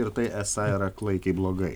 ir tai esą yra klaikiai blogai